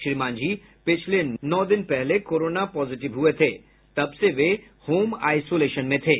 श्री मांझी नौ दिन पहले कोरोना पॉजिटिव हुये थे तब से वे होम आईसोलेशन में थे